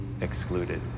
excluded